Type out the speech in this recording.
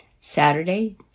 Saturday